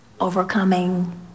overcoming